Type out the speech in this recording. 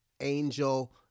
Angel